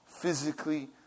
physically